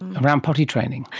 around potty-training?